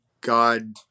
God